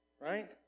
right